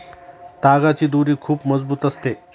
तागाची दोरी खूप मजबूत असते